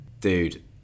dude